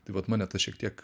tai vat mane tas šiek tiek